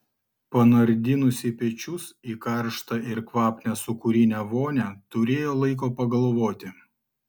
panardinusi pečius į karštą ir kvapnią sūkurinę vonią turėjo laiko pagalvoti